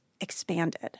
expanded